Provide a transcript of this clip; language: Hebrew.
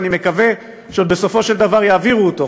ואני עוד מקווה שבסופו של דבר יעבירו אותו,